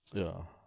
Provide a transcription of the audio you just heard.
ya